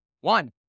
One